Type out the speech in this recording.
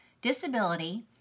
disability